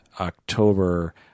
October